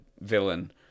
villain